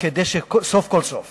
כדי שסוף כל סוף